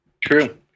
True